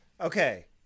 Okay